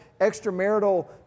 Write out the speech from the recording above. extramarital